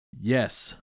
yes